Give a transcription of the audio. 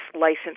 license